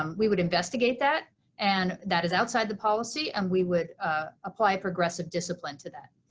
um we would investigate that and that is outside the policy and we would apply progressive discipline to that.